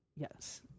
Yes